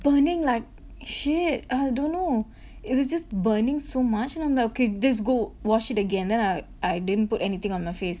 burning like shit I dunno it was just burning so much and I'm like okay just go wash it again then I I didn't put anything on my face